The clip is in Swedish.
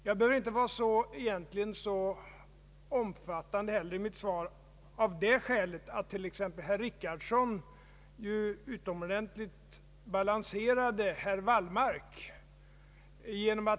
Jag behöver egentligen inte heller vara särskilt omfattande i mitt svar av det skälet att herr Richardson utomordentligt väl balanserade herr Wallmark.